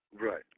Right